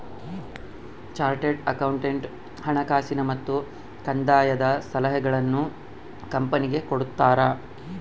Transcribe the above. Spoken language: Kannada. ಚಾರ್ಟೆಡ್ ಅಕೌಂಟೆಂಟ್ ಹಣಕಾಸಿನ ಮತ್ತು ಕಂದಾಯದ ಸಲಹೆಗಳನ್ನು ಕಂಪನಿಗೆ ಕೊಡ್ತಾರ